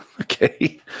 Okay